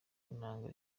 nanga